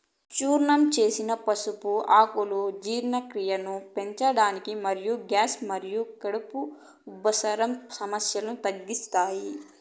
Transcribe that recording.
చూర్ణం చేసిన పసుపు ఆకులు జీర్ణక్రియను పెంచడానికి మరియు గ్యాస్ మరియు కడుపు ఉబ్బరం సమస్యలను తగ్గిస్తాయి